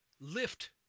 lift